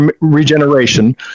regeneration